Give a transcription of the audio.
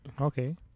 Okay